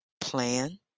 Plan